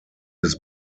his